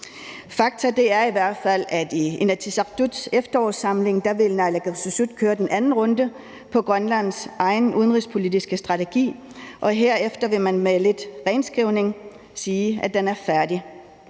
Fakta er i hvert fald, at i Inatsisartuts efterårssamling vil naalakkersuisut køre den anden runde med hensyn til Grønlands egen udenrigspolitiske strategi, og herefter vil man med lidt renskrivning sige, at den er færdig.